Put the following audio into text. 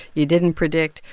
you didn't predict.